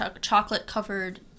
chocolate-covered